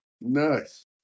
nice